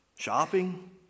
Shopping